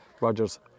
Rogers